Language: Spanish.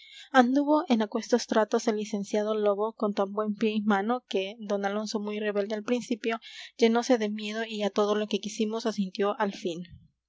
anduvo en aquestos tratos el licenciado lobo con tan buen pie y mano que d alonso muy rebelde al principio llenose de miedo y a todo lo que quisimos asintió al fin